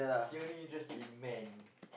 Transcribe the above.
she only interested in man